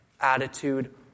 attitude